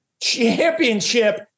championship